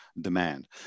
demand